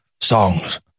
songs